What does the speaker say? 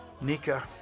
Nika